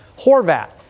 Horvat